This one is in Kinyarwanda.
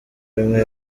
bimwe